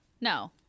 No